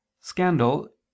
scandal